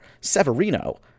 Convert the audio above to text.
Severino